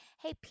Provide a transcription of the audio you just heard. Hey